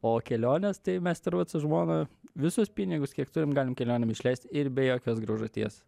o kelionės tai mes turbūt su žmona visus pinigus kiek turim galim kelionėm išleist ir be jokios graužaties